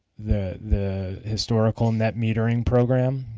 the the historical net metering program,